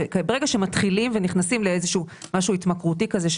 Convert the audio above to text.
ברגע שמתחילים ונכנסים לאיזשהו משהו התמכרותי כזה,